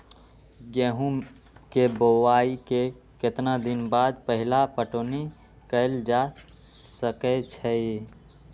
गेंहू के बोआई के केतना दिन बाद पहिला पटौनी कैल जा सकैछि?